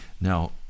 Now